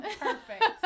Perfect